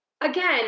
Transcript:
again